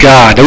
God